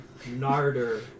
Narder